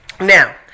Now